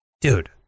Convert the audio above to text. Dude